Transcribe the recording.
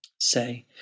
Say